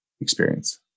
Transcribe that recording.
experience